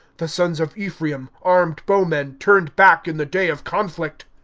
the sons of bphraim, armed bowmen, turned back in the day of conflict.